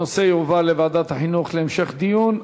הנושא יועבר לוועדת החינוך להמשך דיון.